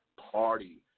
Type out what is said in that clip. party